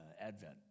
Advent